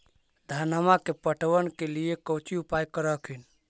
धनमा के पटबन के लिये कौची उपाय कर हखिन?